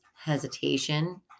hesitation